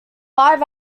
five